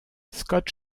scott